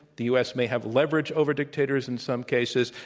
the u. s. may have leverage over dictators in some cases,